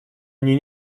они